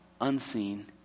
unseen